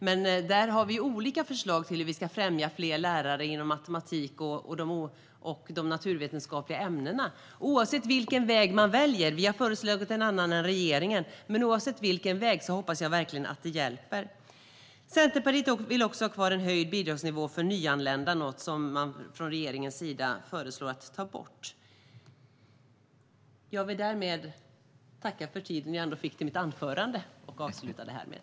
Men vi har olika förslag för att främja fler lärare inom matematik och de naturvetenskapliga ämnena. Oavsett vilken väg man väljer - vi har föreslagit en annan väg än den regeringen har valt - hoppas jag verkligen att det hjälper. Centerpartiet vill också ha kvar en höjd bidragsnivå för nyanlända, något som man från regeringens sida föreslår ska tas bort. Jag vill tacka för den tid jag fick för mitt anförande och avslutar det därmed.